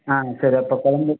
ஆ சரி அப்போ குழம்பு